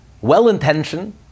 Well-intentioned